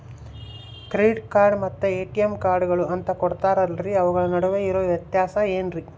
Credit card ಮತ್ತ ATM ಕಾರ್ಡುಗಳು ಅಂತಾ ಕೊಡುತ್ತಾರಲ್ರಿ ಅವುಗಳ ನಡುವೆ ಇರೋ ವ್ಯತ್ಯಾಸ ಏನ್ರಿ?